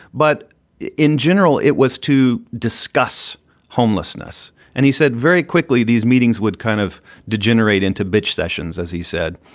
but in general, it was to discuss homelessness. and he said very quickly, these meetings would kind of degenerates into bitch sessions, as he said.